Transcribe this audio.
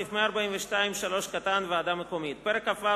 סעיף 142(3) (ועדה מקומית); פרק כ"ו,